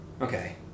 Okay